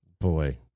Boy